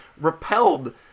repelled